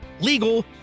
legal